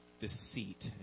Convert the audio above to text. deceit